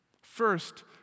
First